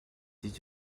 did